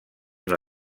una